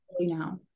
Now